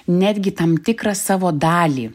netgi tam tikrą savo dalį